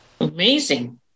Amazing